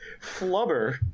flubber